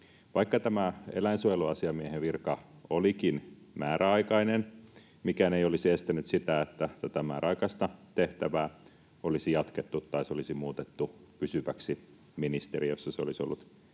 Vaikka tämä eläinsuojeluasiamiehen virka olikin määräaikainen, mikään ei olisi estänyt sitä, että tätä määräaikaista tehtävää olisi jatkettu tai se olisi ministeriössä muutettu pysyväksi — se olisi ollut erittäin